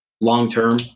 long-term